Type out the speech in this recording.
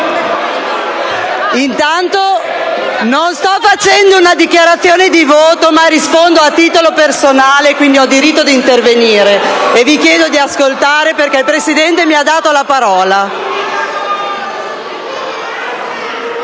Intanto non sto facendo una dichiarazione di voto, ma rispondo a titolo personale, e quindi ho diritto di intervenire. Vi chiedo quindi di ascoltare, perché il Presidente mi ha dato la parola.